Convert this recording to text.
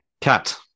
Cat